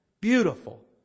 Beautiful